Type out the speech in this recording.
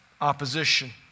opposition